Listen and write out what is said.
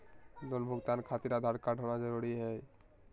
Loan भुगतान खातिर Aadhaar card होना जरूरी है?